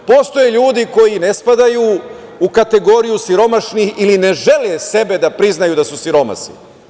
Postoje ljudi koji ne spadaju u kategoriju siromašnih ili ne žele sebe da priznaju da su siromasi.